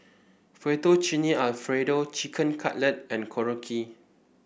Fettuccine Alfredo Chicken Cutlet and Korokke